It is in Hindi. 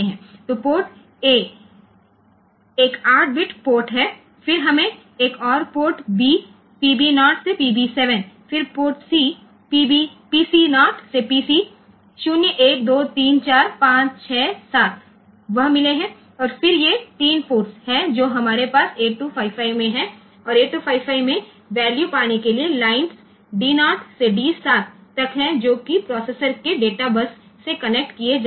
तो पोर्ट ए एक 8 बिट पोर्ट है फिर हमें एक और पोर्ट बी पीबी 0 से पीबी 7 फिर पोर्ट सी पीसी 0 से पीसी 0 1 2 3 4 5 6 7 वह मिले है और फिर ये 3 पोर्ट्स हैं जो हमारे पास 8255 में हैं और 8255 में वैल्यू पाने के लिए लाइन्स D 0 से D 7 तक हैं जो कि प्रोसेसर के डेटाबस से कनेक्ट किए जा सकते हैं